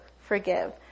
Forgive